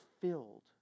filled